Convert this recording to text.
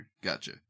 Gotcha